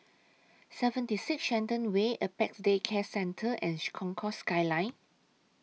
seventy six Shenton Way Apex Day Care Centre and Concourse Skyline